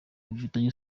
bifitanye